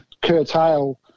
curtail